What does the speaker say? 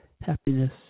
happiness